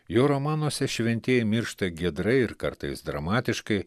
jo romanuose šventieji miršta giedrai ir kartais dramatiškai